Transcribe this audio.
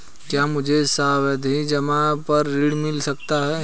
क्या मुझे सावधि जमा पर ऋण मिल सकता है?